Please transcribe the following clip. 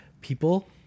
people